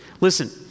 Listen